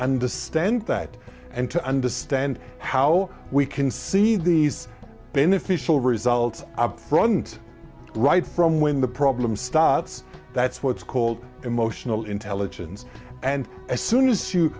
understand that and to understand how we can see these beneficial results up front right from when the problem starts that's what's called emotional intelligence and as soon as you